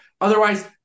Otherwise